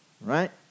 right